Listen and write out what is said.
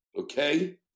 Okay